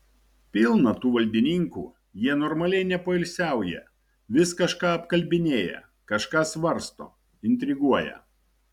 pilna tų valdininkų jie normaliai nepoilsiauja vis kažką apkalbinėja kažką svarsto intriguoja